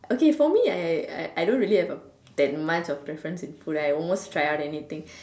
okay for me I I I don't really have that much of preference in food I almost try out anything